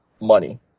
money